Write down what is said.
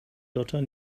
dotter